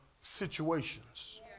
situations